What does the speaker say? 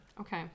okay